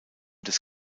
des